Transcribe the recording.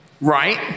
Right